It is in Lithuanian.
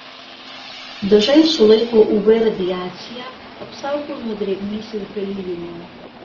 dažai sulaiko uv radiaciją apsaugo nuo drėgmės ir pelijimo